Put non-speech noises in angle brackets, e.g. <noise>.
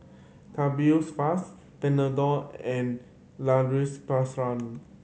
Tubifast Panadol and La Roche <unintelligible>